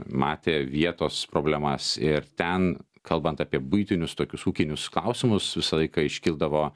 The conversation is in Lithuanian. matė vietos problemas ir ten kalbant apie buitinius tokius ūkinius klausimus visą laiką iškildavo